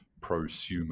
prosumer